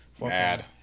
Mad